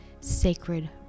sacred